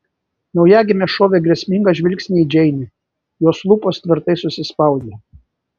naujagimė šovė grėsmingą žvilgsnį į džeinę jos lūpos tvirtai susispaudė